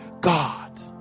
God